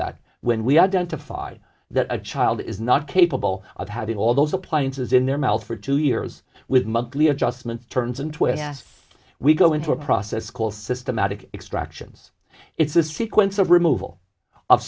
that when we identify that a child is not capable of having all those appliances in their mouth for two years with monthly adjustment turns and twists we go into a process called systematic extractions it's a sequence of removal of